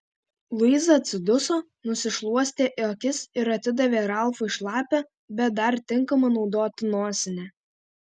luiza atsiduso nusišluostė akis ir atidavė ralfui šlapią bet dar tinkamą naudoti nosinę